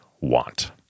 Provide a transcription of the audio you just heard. want